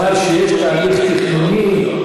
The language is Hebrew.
על ההצבעה פה אחד על הצעת החוק החשובה הזאת.